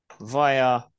via